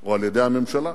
או על-ידי הממשלה.